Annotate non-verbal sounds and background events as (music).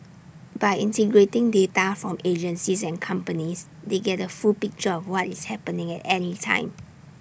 by integrating data from agencies and companies they get A full picture of what is happening at any time (noise)